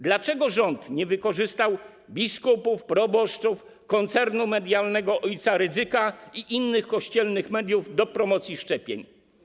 Dlaczego rząd nie wykorzystał biskupów, proboszczów, koncernu medialnego ojca Rydzyka i innych kościelnych mediów do promocji szczepień?